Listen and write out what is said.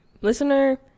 Listener